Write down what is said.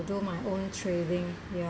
do my own trading ya